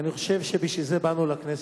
אני חושב שבשביל זה באנו לכנסת.